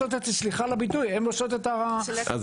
סליחה על הביטוי, הן עושות את ה --- סלקציה.